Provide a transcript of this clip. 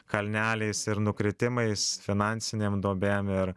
kalneliais ir nukritimais finansinėm duobėm ir